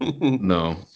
No